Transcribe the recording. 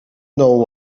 know